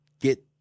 get